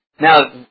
Now